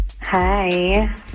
Hi